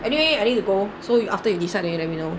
anyway I need to go so you after you decide then you let me know